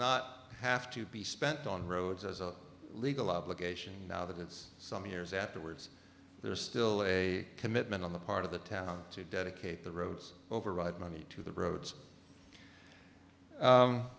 not have to be spent on roads as a legal obligation now that it's some years afterwards there's still a commitment on the part of the town to dedicate the roads override money to the roads